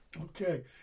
Okay